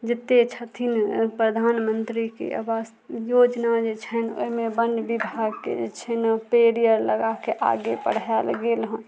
जते छथिन प्रधानमंत्रीके आवास योजना जे छै ओहिमे वन विभागके जे छै ने पेड़ आर लगाके आगे बढ़ायल गेल हँ